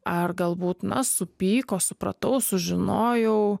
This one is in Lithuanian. ar galbūt na supyko supratau sužinojau